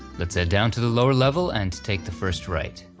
let's head down to the lower level and take the first right.